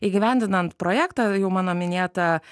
įgyvendinant projektą jau mano minėtą